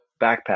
backpack